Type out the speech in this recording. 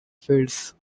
fields